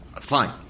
Fine